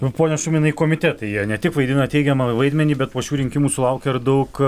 pone šuminai komitetai jie ne tik vaidina teigiamą vaidmenį bet po šių rinkimų sulaukia ir daug